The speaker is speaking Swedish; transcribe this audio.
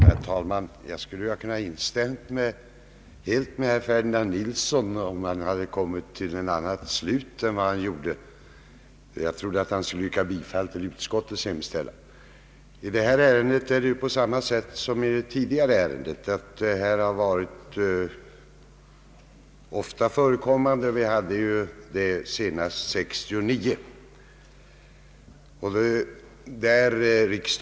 Herr talman! Jag skulle ha kunnat instämma helt med herr Ferdinand Nilsson om han kommit till en annan slutsats. Jag trodde att han skulle yrka bifall till utskottets hemställan. Med detta ärende är det på samma sätt som med det tidigare ärendet. Det har ofta varit uppe, och vi behandlade det senast 1969.